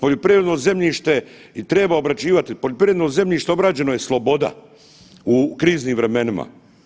Poljoprivredno zemljište i treba obrađivati, poljoprivredno zemljište obrađeno je sloboda u kriznim vremenima.